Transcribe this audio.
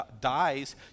dies